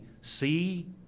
see